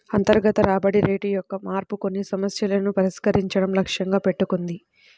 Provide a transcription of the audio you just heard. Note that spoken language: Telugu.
అంతర్గత రాబడి రేటు యొక్క మార్పు కొన్ని సమస్యలను పరిష్కరించడం లక్ష్యంగా పెట్టుకుంది